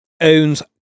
owns